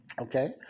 Okay